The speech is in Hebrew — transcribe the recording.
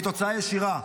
בישראל, והיא תוצאה ישירה,